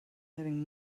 having